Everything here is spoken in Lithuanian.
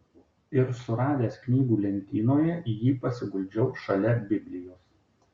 ir suradęs knygų lentynoje jį pasiguldžiau šalia biblijos